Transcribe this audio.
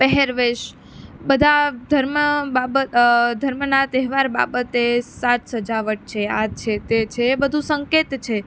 પહેરવેશ બધા ધર્મ બાબત ધર્મના તહેવાર બાબતે સાજ સજાવટ છે આ છે તે છે એ બધું સંકતે છે